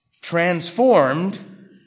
transformed